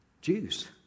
Jews